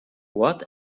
what